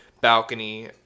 balcony